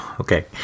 Okay